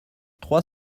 trois